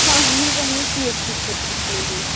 اَہَن حظ اَہَن حظ پی اٮ۪س سی خٲطرٕ چھِ مےٚ دیُن